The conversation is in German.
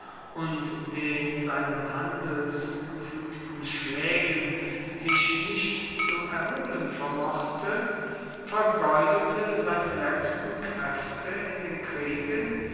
und den seinem handel zugefügten schlägen sich nicht zu erholen vermochte vergeudete seine letzten kräfte in den kriegen